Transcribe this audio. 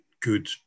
good